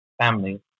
family